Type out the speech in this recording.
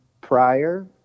prior